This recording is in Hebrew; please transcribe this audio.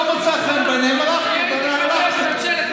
התפטרתי, מה "בסדר"?